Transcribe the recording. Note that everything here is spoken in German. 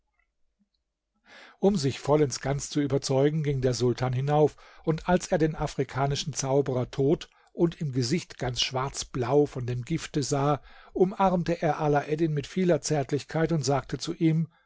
um sich vollends ganz zu überzeugen ging der sultan hinauf und als er den afrikanischen zauberer tot und im gesicht ganz schwarzblau von dem gifte sah umarmte er alaeddin mit vieler zärtlichkeit und sagte zu ihm